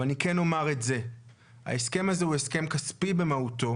אבל אני כן אומר שההסכם הזה הוא הסכם כספי במהותו,